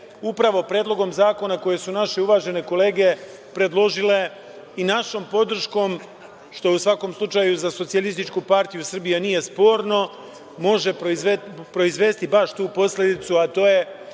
upravo Predlogom zakona koji su naše uvažene kolege predložile i našom podrškom, što u svakom slučaju za SPS nije sporno, može proizvesti baš tu posledicu, a to je